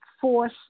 force